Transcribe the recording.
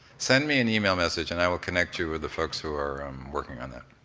send me an email message and i will connect you with the folks who are working on that,